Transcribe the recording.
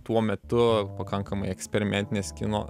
tuo metu pakankamai eksperimentinės kino